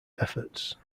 efforts